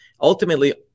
ultimately